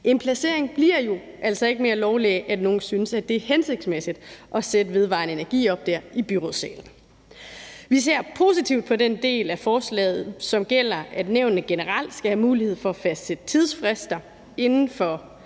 en placering bliver jo altså ikke mere lovlig af, at der er nogen i byrådssalen, der synes, at det er hensigtsmæssigt at sætte vedvarende energi op. Vi ser positivt på den del af forslaget, som gælder, at nævnene generelt skal have mulighed for at fastsætte tidsfrister for